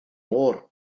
oer